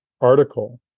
article